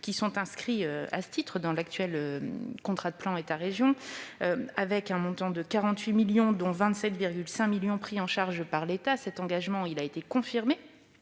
sont inscrits à ce titre dans l'actuel contrat de plan État-région pour un montant de 48 millions d'euros, dont 27,5 millions d'euros sont pris en charge par l'État. Cet engagement a été confirmé